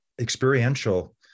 experiential